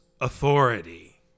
authority